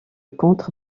contre